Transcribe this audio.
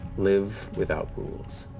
live without rules.